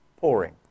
pouring